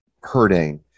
hurting